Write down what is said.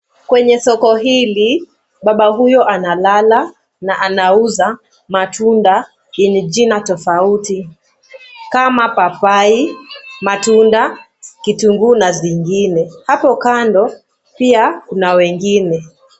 Kwenye soko hili, baba huyo analala na anauza matunda yenye jina tofauti. Kama papai, matunda kitunguu na zingine. Hapo kando, pia kuna wengine.